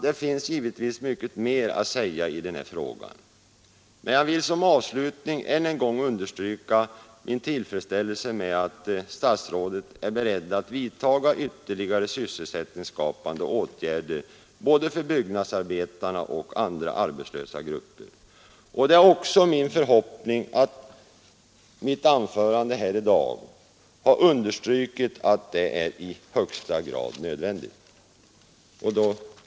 Det finns givetvis mycket mer att säga i den här frågan, men jag vill som avslutning än en gång understryka min tillfredsställelse med att statsrådet är beredd att vidtaga ytterligare sysselsättningsskapande åtgärder både för byggnadsarbetarna och för andra arbetslösa grupper. Det är också min förhoppning att mitt anförande här i dag har understrukit att det är i högsta grad nödvändigt.